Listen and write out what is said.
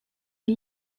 une